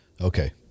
Okay